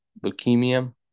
leukemia